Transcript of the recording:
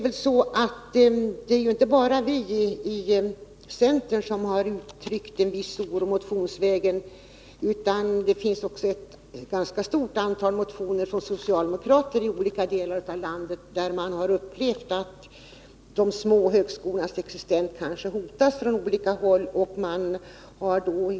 Men det är inte bara vi i centern som har uttryckt oro motionsvägen, utan det finns också ett ganska stort antal motioner från socialdemokrater i olika delar av landet, där man har upplevt att de små högskolornas existens kanske hotas från olika håll.